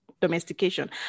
domestication